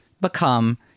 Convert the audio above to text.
become